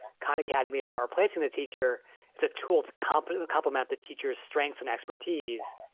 khan academy is not replacing the teacher it's a tool to compliment compliment the teacher's strengths and expertise,